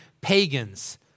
pagans